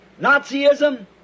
Nazism